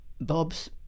Bob's